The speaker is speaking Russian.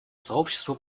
сообщества